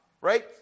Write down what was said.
right